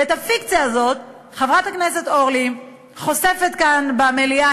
ואת הפיקציה הזאת חברת הכנסת אורלי חושפת כאן במליאה,